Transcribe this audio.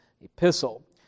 epistle